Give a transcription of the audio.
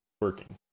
working